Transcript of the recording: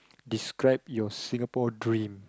describe your Singapore dream